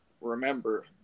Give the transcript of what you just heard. remember